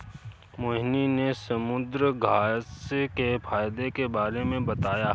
मोहिनी ने समुद्रघास्य के फ़ायदे के बारे में बताया